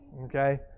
Okay